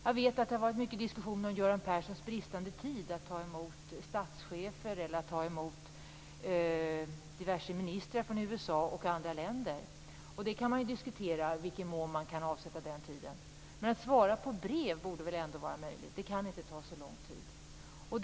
Jag vet att det har varit mycket diskussion om Göran Perssons bristande tid att ta emot statschefer och diverse ministrar från USA och andra länder. I vilken mån han kan avsätta den tiden kan man ju diskutera. Men att svara på ett brev borde väl ändå vara möjligt. Det kan inte ta så lång tid.